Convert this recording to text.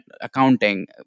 accounting